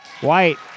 White